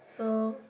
so